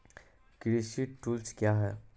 कृषि टुल्स क्या हैं?